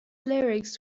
lyrics